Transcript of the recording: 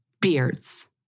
Beards